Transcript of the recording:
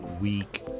week